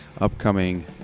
Upcoming